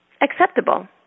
acceptable